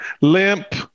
limp